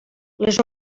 les